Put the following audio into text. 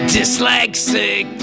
Dyslexic